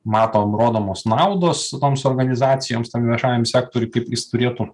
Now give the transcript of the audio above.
matom rodomos naudos toms organizacijoms tam viešajam sektoriui kaip jis turėtų